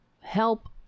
help